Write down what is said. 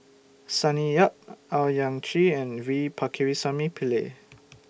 Sonny Yap Owyang Chi and V Pakirisamy Pillai